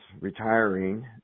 retiring